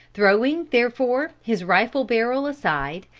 throwing, therefore, his rifle barrel aside,